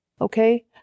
Okay